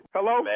Hello